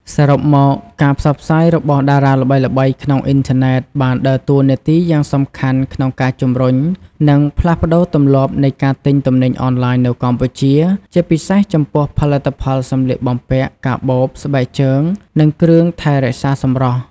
សរុបមក ការផ្សព្វផ្សាយរបស់តារាល្បីៗក្នុងអុីធឺណិតបានដើរតួនាទីយ៉ាងសំខាន់ក្នុងការជំរុញ និងផ្លាស់ប្តូរទម្លាប់នៃការទិញទំនិញអនឡាញនៅកម្ពុជា ជាពិសេសចំពោះផលិតផលសម្លៀកបំពាក់ កាបូប ស្បែកជើង និងគ្រឿងថែរក្សាសម្រស់។